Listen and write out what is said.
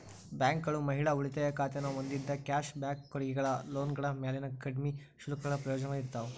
ಬ್ಯಾಂಕ್ಗಳು ಮಹಿಳಾ ಉಳಿತಾಯ ಖಾತೆನ ಹೊಂದಿದ್ದ ಕ್ಯಾಶ್ ಬ್ಯಾಕ್ ಕೊಡುಗೆಗಳ ಲೋನ್ಗಳ ಮ್ಯಾಲಿನ ಕಡ್ಮಿ ಶುಲ್ಕಗಳ ಪ್ರಯೋಜನಗಳ ಇರ್ತಾವ